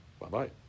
Bye-bye